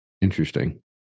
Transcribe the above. Interesting